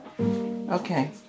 Okay